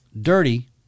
Dirty